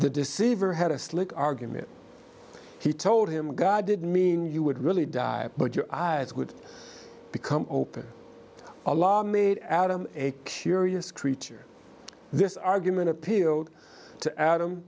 the deceiver had a slick argument he told him god didn't mean you would really die but your eyes would become open a law made adam a curious creature this argument appealed to adam